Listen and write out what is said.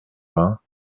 vingts